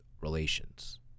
Relations